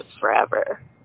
forever